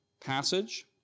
passage